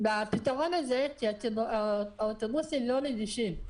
בפתרון הזה, כי האוטובוסים לא נגישים.